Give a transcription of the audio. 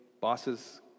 Bosses